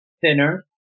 thinner